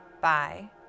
bye